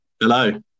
Hello